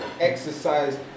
exercise